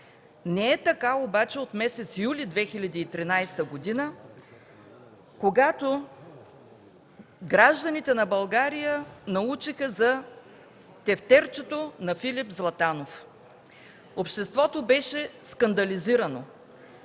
Не е така обаче от месец юли 2013 г., когато гражданите на България научиха за тефтерчето на Филип Златанов. Обществото беше скандализирано.